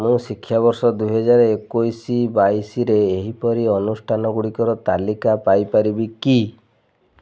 ମୁଁ ଶିକ୍ଷାବର୍ଷ ଦୁଇହଜାର ଏକୋଇଶ ବାଇଶରେ ଏହିପରି ଅନୁଷ୍ଠାନଗୁଡ଼ିକର ତାଲିକା ପାଇ ପାରିବି କି